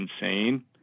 insane